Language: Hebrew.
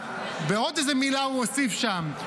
ועוד איזו מילה הוא הוסיף שם,